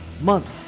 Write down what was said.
month